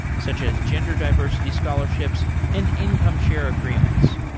such as gender diversity scholarships and income share agreements.